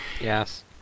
Yes